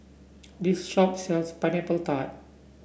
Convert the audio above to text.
this shop sells Pineapple Tart